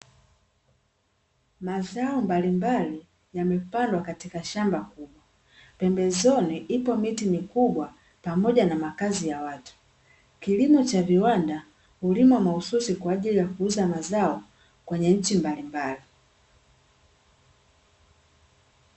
Mazao mbalimbali yamepandwa katika shamba kubwa. Pembezoni ipo miti mikubwa pamoja na makazi ya watu. Kilimo cha viwanda hulimwa mahususi kwa ajili ya kuuza mazao kwenye nchi mbalimbali.